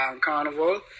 Carnival